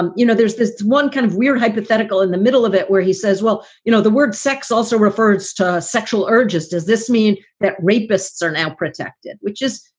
um you know, there's this one kind of weird hypothetical in the middle of it where he says, well, you know, the word sex also refers to sexual urges. does this mean that rapists are now protected, which is,